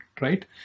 Right